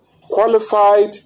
qualified